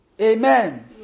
Amen